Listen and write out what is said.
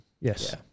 Yes